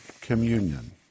communion